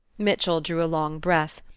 mitchell drew a long breath.